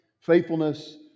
faithfulness